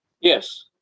Yes